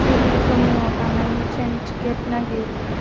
सिरि जम्मुआव थांनायनि ट्रेन टिकेट नागिर